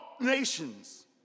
nations